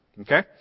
Okay